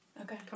Okay